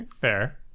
fair